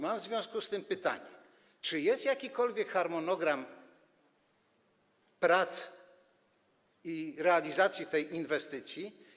Mam w związku z tym pytanie: Czy jest jakikolwiek harmonogram prac i realizacji tej inwestycji?